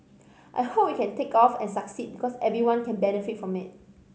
I hope it can take off and succeed because everyone can benefit from it